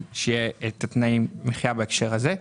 יש כאן בינוי מסיבי שהארגון עושה.